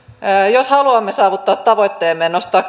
jos haluamme saavuttaa tavoitteemme nostaa